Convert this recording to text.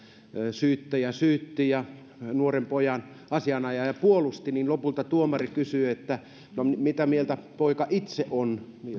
syyttäjä syytti nuoren pojan asianajaja puolusti ja kun lopulta tuomari kysyi että no mitä mieltä poika itse on